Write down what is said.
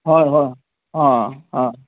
হয় হয় অঁ অঁ অঁ